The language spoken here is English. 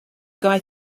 guy